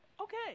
Okay